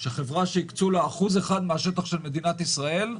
שום היגיון בעולם,